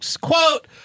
quote